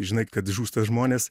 žinai kad žūsta žmonės